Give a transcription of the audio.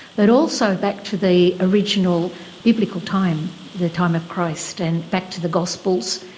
but also back to the original biblical time, the time of christ, and back to the gospels.